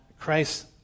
Christ